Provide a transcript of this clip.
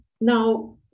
Now